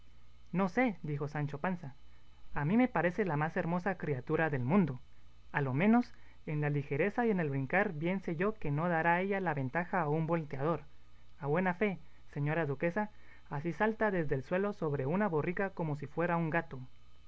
no sé dijo sancho panza a mí me parece la más hermosa criatura del mundo a lo menos en la ligereza y en el brincar bien sé yo que no dará ella la ventaja a un volteador a buena fe señora duquesa así salta desde el suelo sobre una borrica como si fuera un gato